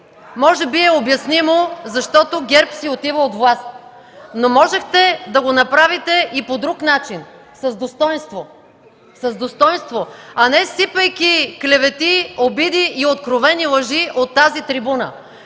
Може би е обяснимо, защото ГЕРБ си отива от власт. Можехте обаче да го направите и по друг начин – с достойнство, а не сипейки клевети, обиди и откровени лъжи от тази трибуна.